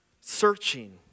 searching